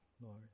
Lord